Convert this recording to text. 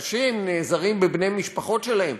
אנשים נעזרים בבני משפחות שלהם,